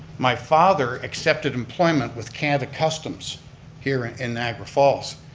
my father accepted employment with canada customs here in niagara falls.